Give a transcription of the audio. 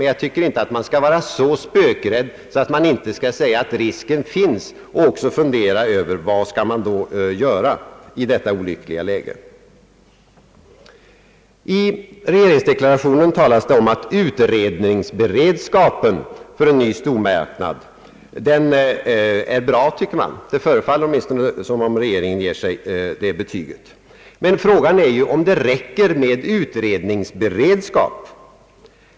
Jag tycker dock att man inte skall vara så spökrädd att man inte kan erkänna, att risken finns, och också fundera över vad som skall göras i detta olyckliga läge. I regeringsdeklarationen anges att utredningsberedskapen för en ny stormarknad är bra. Det förefaller som om regeringen ger sig själv det betyget. Frågan är emellertid om det räcker med utredningsberedskap.